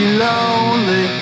lonely